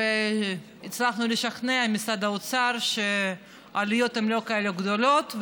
והצלחנו לשכנע את משרד האוצר שהעלויות הן לא כאלה גדולות,